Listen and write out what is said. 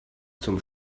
zum